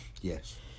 Yes